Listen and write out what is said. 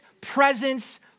presence